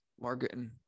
marketing